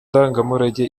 ndangamurage